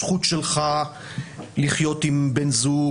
הזכות שלך לחיות עם בן זוג,